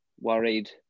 worried